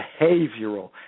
behavioral